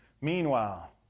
Meanwhile